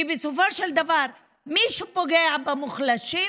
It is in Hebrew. כי בסופו של דבר מי שפוגע במוחלשים,